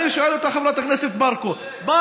אני שואל אותך, חברת הכנסת ברקו, צודק.